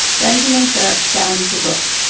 benjamin church dammed the brook.